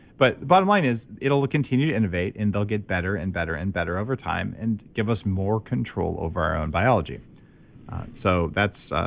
but bottom line is it'll continue to innovate and they'll get better and better and better over time, and give us more control over our own biology so that's, ah